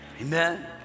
amen